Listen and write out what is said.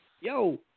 yo